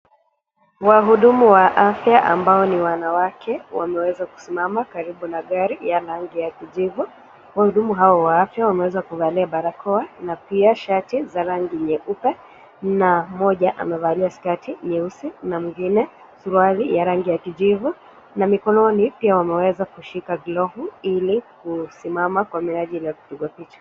Wahudumu wa afya ambao ni wanawake wameweza kusimama karibu na gari ya rangi ya kijivu. Wahudumu hawa wa afya wameweza kuvalia barakoa na pia shati za rangi nyeupe na mmoja amevalia skati nyeusi na mwingine suruali ya rangi ya kijivu na mikononi pia wameweza kushika glovu ili kusimama kwa minajili ya kifaa hicho.